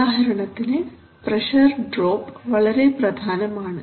ഉദാഹരണത്തിന് pressure drop വളരെ പ്രധാനമാണ്